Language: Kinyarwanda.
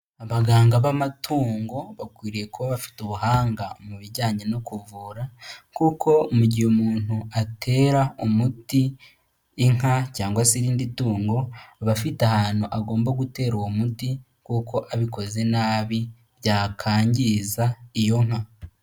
Abaganga b'amatungo bakwiriye kuba bafite ubuhanga mu bijyanye no kuvura, kuko mu gihe umuntu atera umuti inka cyangwa se irindi tungo aba afite ahantu agomba gutera uwo muti, kuko abikoze nabi byakwangiza iyo nka.